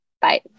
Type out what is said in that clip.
bye